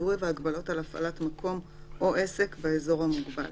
הציבורי והגבלות על הפעלת מקום או עסק באזור המוגבל